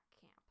camp